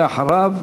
אחריו,